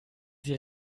sie